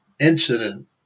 incident